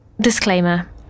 Disclaimer